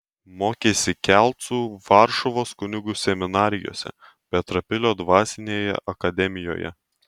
mokėsi kelcų varšuvos kunigų seminarijose petrapilio dvasinėje akademijoje